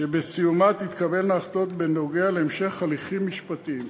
שבסיומה תתקבלנה החלטות בנוגע להמשך הליכים משפטיים.